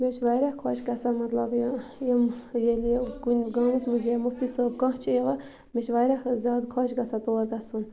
مےٚ چھِ واریاہ خۄش گژھان مطلب یہِ یِم ییٚلہِ یہِ کُنہِ گامَس منٛز یا مُفتی صٲب کانٛہہ چھِ یِوان مےٚ چھِ واریاہ زیادٕ خۄش گژھان تور گَژھُن